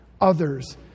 others